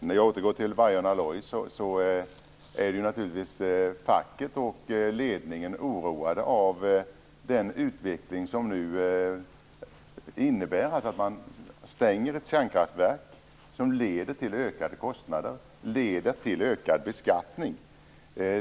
Herr talman! I Vargön Alloys är facket och ledningen naturligtvis oroade över den utveckling som nu innebär att man stänger ett kärnkraftverk, vilket leder till ökade kostnader och ökad beskattning.